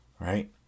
right